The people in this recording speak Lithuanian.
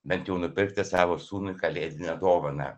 bent jau nupirkti savo sūnui kalėdinę dovaną